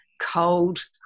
cold